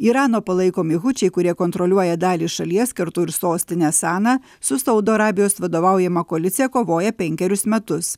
irano palaikomi hučiai kurie kontroliuoja dalį šalies kartu ir sostinę saną su saudo arabijos vadovaujama koalicija kovoja penkerius metus